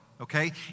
okay